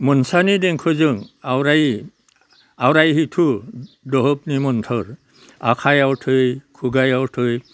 मोनसानि देंखोजों आवरायहै थौ दहबनि मोन्थोर आखाइयाव थै खुगायाव थै